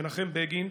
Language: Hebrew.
מנחם בגין,